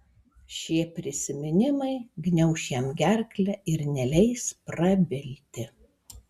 šie prisiminimai gniauš jam gerklę ir neleis prabilti